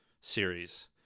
series